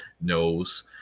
knows